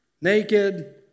naked